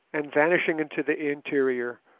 and, vanishing into the interior,